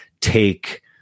take